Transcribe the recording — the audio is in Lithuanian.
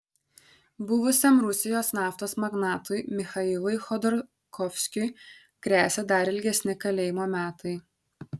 buvusiam rusijos naftos magnatui michailui chodorkovskiui gresia dar ilgesni kalėjimo metai